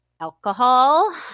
alcohol